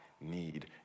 need